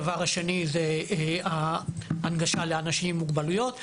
הדבר השני הוא הנגשה לאנשים עם מוגבלויות,